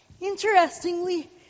Interestingly